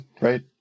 right